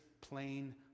plain